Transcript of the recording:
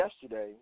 yesterday